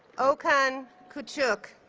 okan kucuk